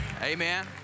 Amen